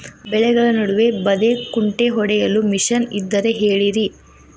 ಬೆಳೆಗಳ ನಡುವೆ ಬದೆಕುಂಟೆ ಹೊಡೆಯಲು ಮಿಷನ್ ಇದ್ದರೆ ಹೇಳಿರಿ